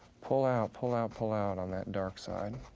pull out, pull out, pull out on that dark side.